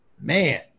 man